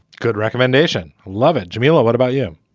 good recommendation. love it. jamila, what about you?